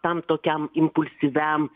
tam tokiam impulsyviam